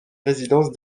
résidence